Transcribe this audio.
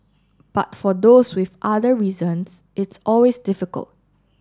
but for those with other reasons it's always difficult